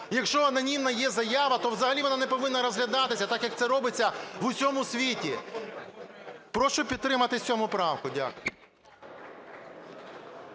Якщо анонімна є заява, то взагалі вона не повинна розглядатися, так, як це робиться в усьому світі. Прошу підтримати сьому правку. Дякую.